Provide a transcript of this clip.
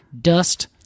dust